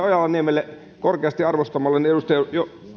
ojala niemelälle korkeasti arvostamalleni edustaja